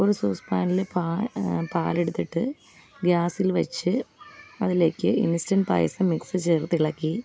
ഒരു സോസ്പാനിൽ പാ പാലെടുത്തിട്ട് ഗ്യാസിൽ വെച്ച് അതിലേക്ക് ഇൻസ്റ്റൻറ്റ് പായസം മിക്സ് ചേർത്തിളക്കി